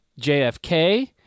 JFK